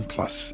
Plus